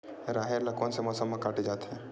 राहेर ल कोन से मौसम म काटे जाथे?